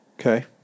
Okay